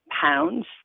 pounds